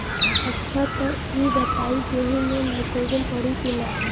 अच्छा त ई बताईं गेहूँ मे नाइट्रोजन पड़ी कि ना?